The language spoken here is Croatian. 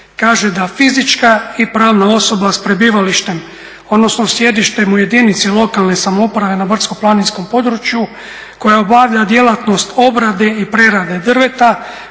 kaže da fizička i pravna osoba s prebivalištem, odnosno sjedištem u jedinici lokalne samouprave na brdsko-planinskom području koja obavlja djelatnost obrade i prerade drveta